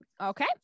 Okay